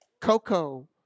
Coco